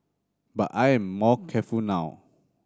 but I'm more careful now